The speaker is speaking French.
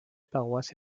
paroisse